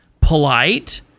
polite